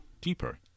deeper